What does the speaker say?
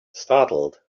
startled